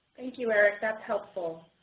thank you, eric. that's helpful.